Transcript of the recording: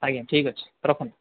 ଆଜ୍ଞା ଠିକ୍ ଅଛି ରଖନ୍ତୁ